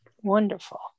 Wonderful